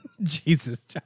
Jesus